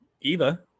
eva